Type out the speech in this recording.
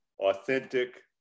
Authentic